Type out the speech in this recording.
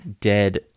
dead